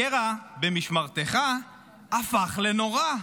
הקרע במשמרתך הפך לנורא.